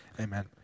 amen